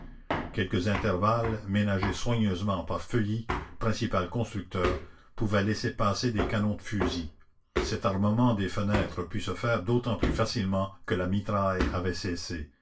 quelques intervalles ménagés soigneusement par feuilly principal constructeur pouvaient laisser passer des canons de fusil cet armement des fenêtres put se faire d'autant plus facilement que la mitraille avait cessé